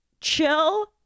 chill